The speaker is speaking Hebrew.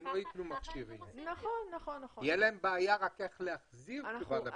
תהיה להם בעיה איך להחזיר תשובה.